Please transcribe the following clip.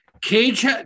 Cage